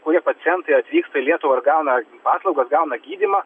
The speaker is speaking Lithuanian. kurie pacientai atvyksta į lietuvą ir gauna paslaugas gauna gydymą